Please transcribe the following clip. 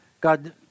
God